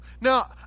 Now